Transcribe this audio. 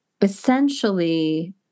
essentially